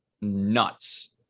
nuts